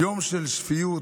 יום של שפיות,